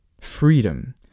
Freedom